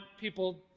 people